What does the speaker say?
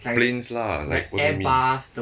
planes lah like what you mean